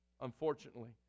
unfortunately